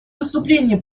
выступление